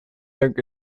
dank